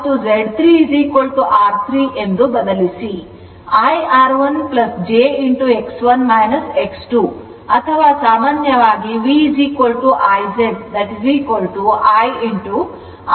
I R1 j ಅಥವಾ ಸಾಮಾನ್ಯವಾಗಿ V I Z I R jX ಅನ್ನು ಪಡೆಯುತ್ತೇನೆ